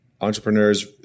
entrepreneurs